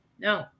No